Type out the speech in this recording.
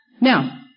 Now